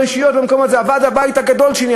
ברשויות המקומיות זה ועד הבית הגדול שלי,